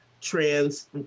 trans